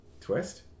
twist